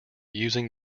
using